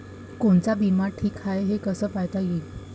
कोनचा बिमा ठीक हाय, हे कस पायता येईन?